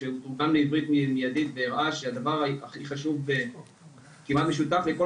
שתורגם לעברית במיידית והראה שהדבר הכי חשוב כמעט משותף לכל